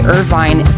Irvine